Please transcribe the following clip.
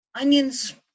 onions